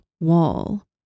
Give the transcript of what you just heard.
wall